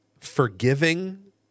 forgiving